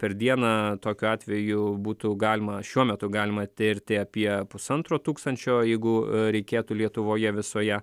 per dieną tokiu atveju būtų galima šiuo metu galima tirti apie pusantro tūkstančio jeigu reikėtų lietuvoje visoje